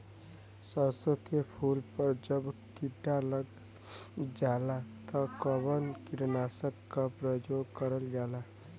सरसो के फूल पर जब किड़ा लग जाला त कवन कीटनाशक क प्रयोग करल जाला?